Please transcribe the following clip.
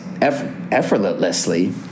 effortlessly